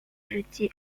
日记